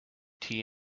tea